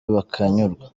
bakanyurwa